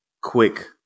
quick